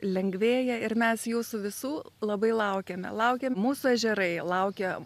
lengvėja ir mes jūsų visų labai laukiame laukia mūsų ežerai laukia